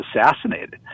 assassinated